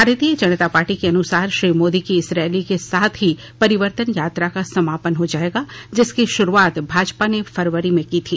भारतीय जनता पार्टी के अनुसार श्री मोदी की इस रैली के साथ ही परिवर्तन यात्रा का समापन हो जाएगा जिसकी शुरुआत भाजपा ने फरवरी में की थी